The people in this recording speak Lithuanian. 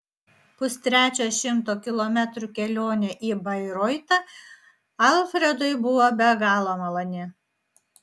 pustrečio šimto kilometrų kelionė į bairoitą alfredui buvo be galo maloni